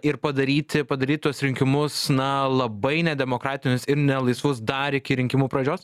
ir padaryti padaryt tuos rinkimus na labai nedemokratinius ir nelaisvus dar iki rinkimų pradžios